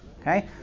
okay